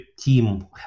team